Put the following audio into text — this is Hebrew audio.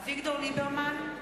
אביגדור ליברמן,